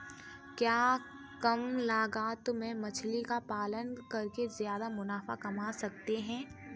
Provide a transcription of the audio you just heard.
क्या कम लागत में मछली का पालन करके ज्यादा मुनाफा कमा सकते हैं?